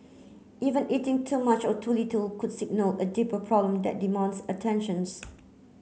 even eating too much or too little could signal a deeper problem that demands attentions